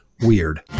weird